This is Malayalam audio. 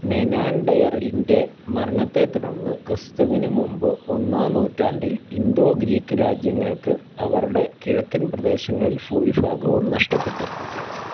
മെനാൻഡയറിലിൻ്റെ മരണത്തെത്തുടർന്ന് ക്രിസ്തുവിന് മുമ്പ് ഒന്നാം നൂറ്റാണ്ടിൽ ഇന്തോ ഗ്രീക്ക് രാജ്യങ്ങൾക്ക് അവരുടെ കിഴക്കൻ പ്രദേശങ്ങളിൽ ഭൂരിഭാഗവും നഷ്ടപ്പെട്ടു